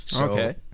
Okay